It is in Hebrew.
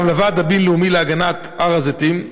וגם לוועד הבין-לאומי להגנת הר הזיתים,